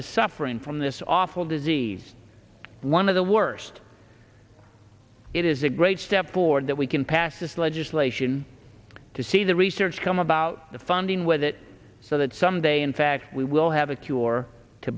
is suffering from this awful disease one of the worst it is a great step forward that we can pass this legislation to see the research come about the funding with it so that someday in fact we will have a cure to